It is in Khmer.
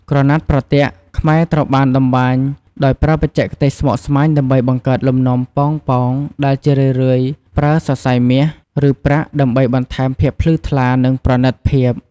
ក្រណាត់ប្រទាក់ ខ្មែរត្រូវបានតម្បាញដោយប្រើបច្ចេកទេសស្មុគស្មាញដើម្បីបង្កើតលំនាំប៉ោងៗ ដែលជារឿយៗប្រើ សរសៃមាស ឬប្រាក់ ដើម្បីបន្ថែមភាពភ្លឺថ្លា និងប្រណីតភាព។